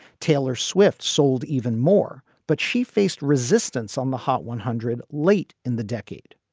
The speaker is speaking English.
taylor swift's sold even more. but she faced resistance on the hot one hundred late in the decade.